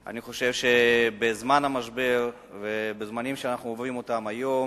אני חושב שבזמן המשבר ובזמנים שאנחנו עוברים אותם היום,